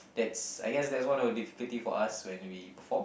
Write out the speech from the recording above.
that's I guess that's one of the difficulty for us when we perform